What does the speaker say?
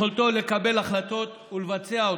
יכולתו לקבל החלטות ולבצע אותן.